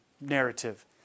narrative